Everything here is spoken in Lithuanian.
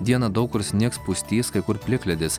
dieną daug kur snigs pustys kai kur plikledis